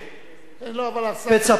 פצע פתוח.